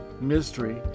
mystery